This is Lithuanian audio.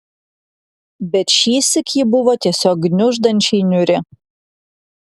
bet šįsyk ji buvo tiesiog gniuždančiai niūri